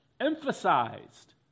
emphasized